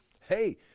hey